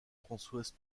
françoise